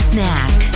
Snack